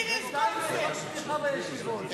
בלי ויסקונסין.